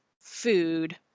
food